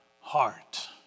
heart